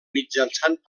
mitjançant